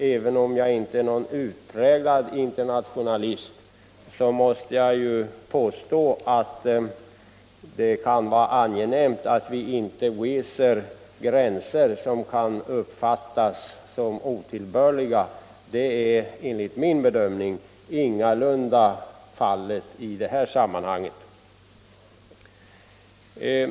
Även om jag inte är någon utpräglad internationalist måste jag påstå att det kan vara angenämt att vi inte drar upp gränser som kan uppfattas som otillbörliga. Det är enligt min bedömning ingalunda fallet i det här sammanhanget.